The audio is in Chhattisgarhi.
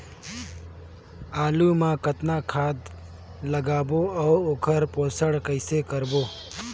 आलू मा कतना खाद लगाबो अउ ओकर पोषण कइसे करबो?